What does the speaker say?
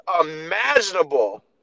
imaginable